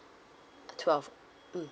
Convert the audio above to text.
twelve mm